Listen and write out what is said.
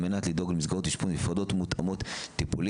מנת לדאוג למסגרות אשפוז נפרדות מותאמות טיפולית.